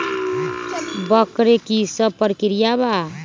वक्र कि शव प्रकिया वा?